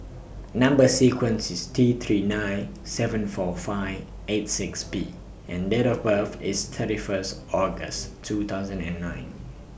Number sequence IS T three nine seven four five eight six B and Date of birth IS thirty First August two thousand and nine